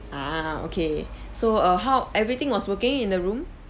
ah okay so err how everything was working in the room